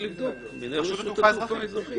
הוא צריך לבדוק, מנהל רשות התעופה האזרחית.